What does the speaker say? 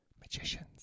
Magicians